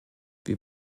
wir